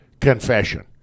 confession